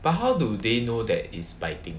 but how do they know that is biting